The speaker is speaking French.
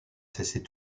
cesser